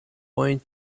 point